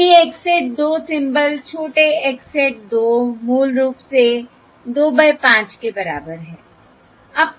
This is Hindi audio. इसलिए x hat 2 सिम्बल छोटे x hat 2 मूल रूप से 2 बाय 5 के बराबर है